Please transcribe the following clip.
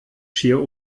schier